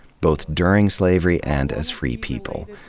both during slavery and as free people.